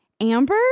Amber